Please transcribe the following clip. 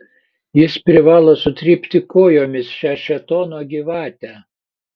jis privalo sutrypti kojomis šią šėtono gyvatę